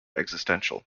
existential